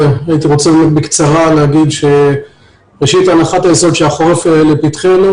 לומר שהנחת היסוד שהחורף לפתחנו,